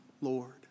Lord